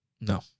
No